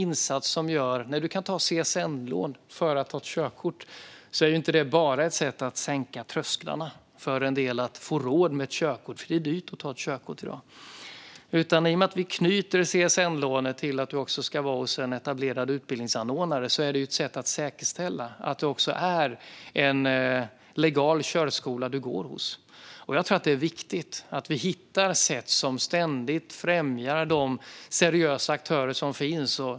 När du kan ta CSN-lån för att ta körkort är det inte bara ett sätt att sänka trösklarna för en del att få råd med körkort. Det är dyrt att ta körkort i dag. I och med att vi knyter CSN-lånet till att du ska anlita en etablerad utbildningsanordnare är det ett sätt att säkerställa att du går hos en legal körskola. Det är viktigt att vi hittar sätt som ständigt främjar de seriösa aktörerna.